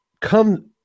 come